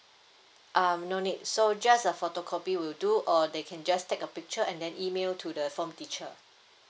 um no need so just a photocopy will do or they can just take a picture and then email to the form teacher